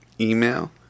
Email